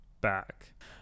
back